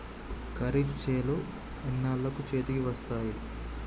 ఖరీఫ్ చేలు ఎన్నాళ్ళకు చేతికి వస్తాయి?